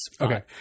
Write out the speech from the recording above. Okay